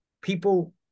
people